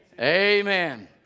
Amen